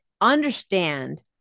understand